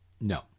no